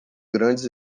grandes